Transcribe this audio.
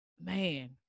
man